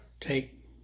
take